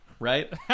right